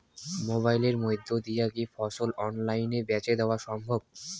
মোবাইলের মইধ্যে দিয়া কি ফসল অনলাইনে বেঁচে দেওয়া সম্ভব?